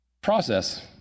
process